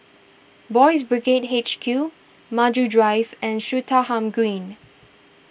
Boys' Brigade H Q Maju Drive and Swettenham Green